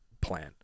plan